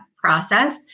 process